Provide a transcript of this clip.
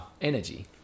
energy